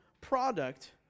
product